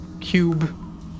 cube